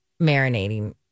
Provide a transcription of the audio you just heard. Marinating